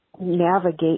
navigate